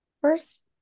first